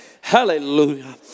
Hallelujah